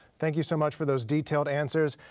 thank you so much for those detailed answers.